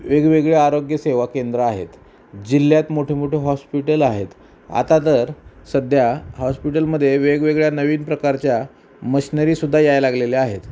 वेगवेगळे आरोग्यसेवा केंद्र आहेत जिल्ह्यात मोठेमोठे हॉस्पिटल आहेत आता तर सध्या हॉस्पिटलमध्ये वेगवेगळ्या नवीन प्रकारच्या मशनरीसुद्धा याय लागलेल्या आहेत